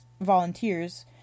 volunteers